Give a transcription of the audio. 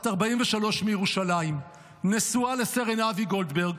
בת 43 מירושלים, נשואה לסרן אבי גולדברג,